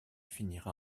finira